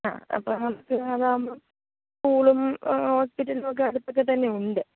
ആ അപ്പം അതാവുമ്പം സ്കൂളും ഹോസ്പിറ്റലുവൊക്കെ അടുത്തൊക്കെത്തന്നെ ഉണ്ട്